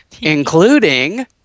including